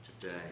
today